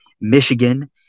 Michigan